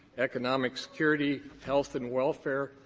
economic security, health and welfare.